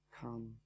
come